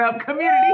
community